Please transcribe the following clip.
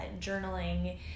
journaling